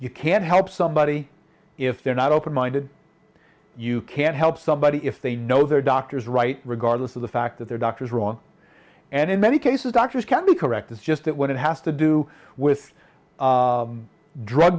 you can't help somebody if they're not open minded you can't help somebody if they know they're doctors right regardless of the fact that they're doctors wrong and in many cases doctors can't be correct it's just that what it has to do with drug